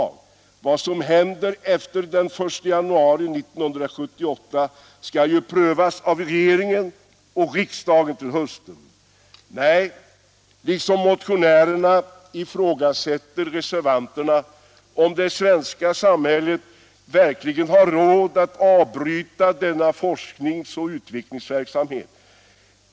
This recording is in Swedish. Frågan om vad som skall hända efter den 1 januari 1978 skall ju prövas av regeringen och riksdagen till hösten. Nej, liksom motionärerna ifrågasätter reservanterna om det svenska samhället verkligen har råd att avbryta denna forskningsoch utvecklingsverksamhet.